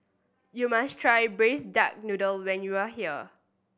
you must try Braised Duck Noodle when you are here